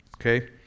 okay